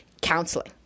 counseling